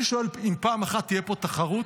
אני שואל: אם פעם אחת תהיה פה תחרות